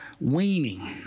weaning